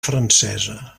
francesa